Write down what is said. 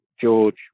George